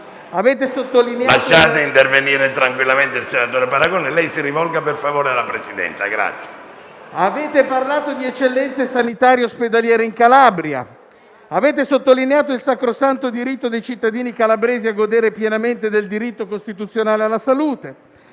Avete sottolineato il sacrosanto diritto dei cittadini calabresi a godere pienamente del diritto costituzionale alla salute.